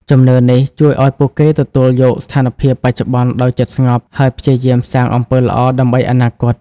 ជំនឿនេះជួយឱ្យពួកគេទទួលយកស្ថានភាពបច្ចុប្បន្នដោយចិត្តស្ងប់ ហើយព្យាយាមសាងអំពើល្អដើម្បីអនាគត។